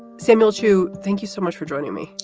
samuel chu, thank you so much for joining me.